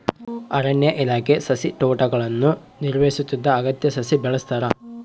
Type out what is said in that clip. ಅರಣ್ಯ ಇಲಾಖೆ ಸಸಿತೋಟಗುಳ್ನ ನಿರ್ವಹಿಸುತ್ತಿದ್ದು ಅಗತ್ಯ ಸಸಿ ಬೆಳೆಸ್ತಾರ